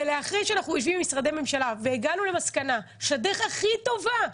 ואחרי שאנחנו יושבים עם משרדי הממשלה והגענו למסקנה שהדרך הכי טובה,